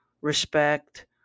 respect